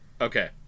Okay